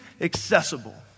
accessible